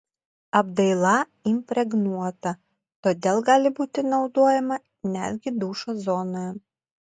apdaila impregnuota todėl gali būti naudojama netgi dušo zonoje